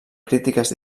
crítiques